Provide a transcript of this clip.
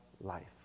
life